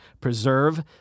preserve